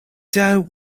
don’t